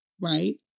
Right